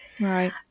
Right